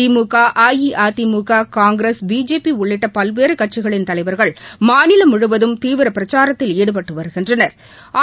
திமுக AIADMK Congress BJP உள்ளிட்ட பல்வேறு கட்சிகளின் தலைவர்கள் மாநிலம் முழுவதும் தீவிர பிரக்சாரத்தில் ஈடுபட்டு வருகின்றனா்